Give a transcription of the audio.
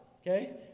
okay